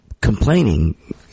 complaining